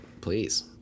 Please